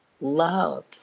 love